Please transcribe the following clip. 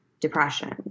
depression